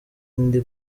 ndi